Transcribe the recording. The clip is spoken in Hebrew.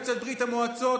יוצאי ברית המועצות,